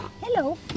Hello